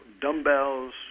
dumbbells